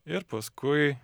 ir paskui